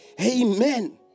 Amen